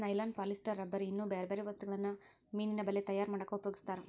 nylon polyester rubber ಇನ್ನೂ ಬ್ಯಾರ್ಬ್ಯಾರೇ ವಸ್ತುಗಳನ್ನ ಮೇನಿನ ಬಲೇ ತಯಾರ್ ಮಾಡಕ್ ಉಪಯೋಗಸ್ತಾರ